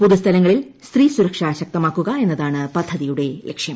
പൊതു സ്ഥലങ്ങളിൽ സ്ത്രീ സുരക്ഷ മറ്റു ശക്തമാക്കുക എന്നതാണ് പദ്ധതിയുടെ ലക്ഷ്യം